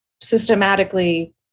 systematically